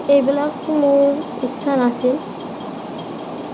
এইবিলাক মোৰ ইচ্ছা নাছিল